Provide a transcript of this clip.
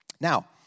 Now